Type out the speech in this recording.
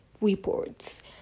reports